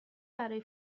برای